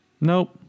Nope